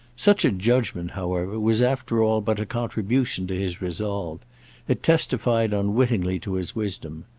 such a judgement, however, was after all but a contribution to his resolve it testified unwittingly to his wisdom.